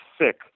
sick